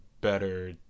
better